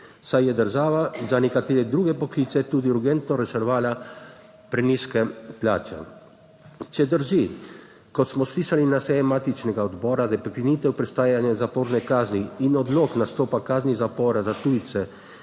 saj je država za nekatere druge poklice tudi urgentno reševala prenizke plače. Če drži, kot smo slišali na seji matičnega odbora za prekinitev prestajanja zaporne kazni in odlok nastopa kazni zapora za tujce